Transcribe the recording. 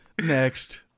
Next